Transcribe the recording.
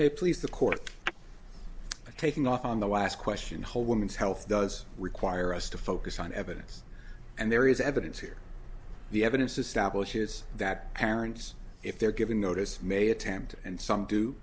may please the court taking off on the last question whole woman's health does require us to focus on evidence and there is evidence here the evidence establishes that parents if they're given notice may attempt and some do